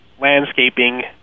landscaping